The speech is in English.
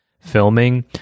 filming